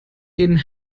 ehen